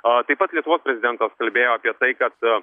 a taip pat lietuvos prezidentas kalbėjo apie tai kad